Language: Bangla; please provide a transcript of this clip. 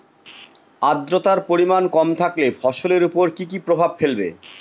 আদ্রর্তার পরিমান কম থাকলে ফসলের উপর কি কি প্রভাব ফেলবে?